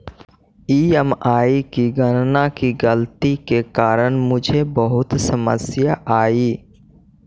EMI की गणना की गलती के कारण मुझे बहुत समस्या आई